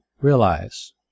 realize